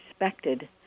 respected